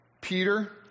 Peter